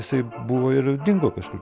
jisai buvo ir dingo kažkur